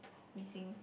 missing